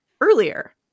earlier